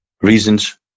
reasons